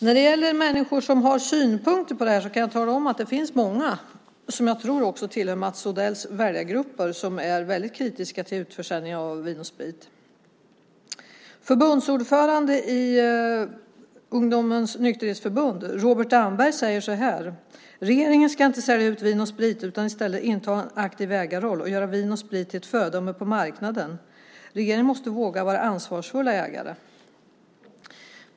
När det gäller människor som har synpunkter på det här kan jag tala om att det finns många, även sådana som jag tror tillhör Mats Odells väljargrupper, som är väldigt kritiska till en utförsäljning av Vin & Sprit. Förbundsordföranden för Ungdomens Nykterhetsförbund, Robert Damberg, säger så här: "Regeringen ska inte sälja ut Vin & Sprit utan istället inta en aktiv ägarroll och göra Vin & Sprit till ett föredöme på marknaden. Regeringen måste våga vara ansvarsfulla ägare!"